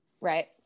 Right